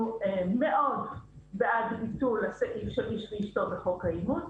אנחנו מאוד בעד ביטול הסעיף של "איש ואשתו" בחוק האימוץ,